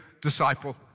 disciple